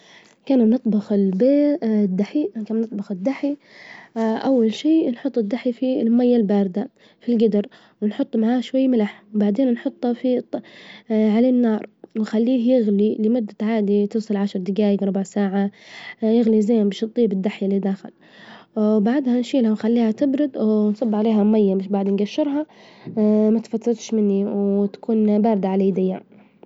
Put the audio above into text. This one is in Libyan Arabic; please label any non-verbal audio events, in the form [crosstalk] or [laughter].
كان بنطبخ البيض [hesitation] الدحي كان بنطبخ الدحي، [hesitation] أول شي نحط الدحي في المية الباردة في الجدر، ونحط معاه [hesitation] شوي ملح، بعدين نحطه في [hesitation] على النار، ونخليه يغلي لمدة عادي توصل عشر دجايج ربع ساعة [hesitation] يغلي زين مش تطيب الدحي إللي داخل، بعدها نشيلها ونخليها تبرد ونصب عليها مية مش بعد نجشرها، [hesitation] ما تفتتش مني وتكون باردة على إيديا.